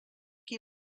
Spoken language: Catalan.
qui